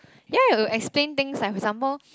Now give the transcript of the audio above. ya it will explain things like for example